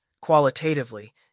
qualitatively